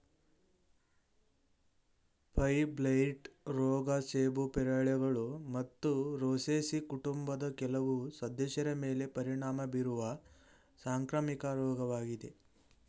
fire blight ರೋಗ ಸೇಬು ಪೇರಳೆಗಳು ಮತ್ತು ರೋಸೇಸಿ ಕುಟುಂಬದ ಕೆಲವು ಸದಸ್ಯರ ಮೇಲೆ ಪರಿಣಾಮ ಬೀರುವ ಸಾಂಕ್ರಾಮಿಕ ರೋಗವಾಗಿದೆ